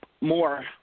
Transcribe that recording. more